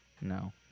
No